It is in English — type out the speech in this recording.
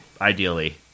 ideally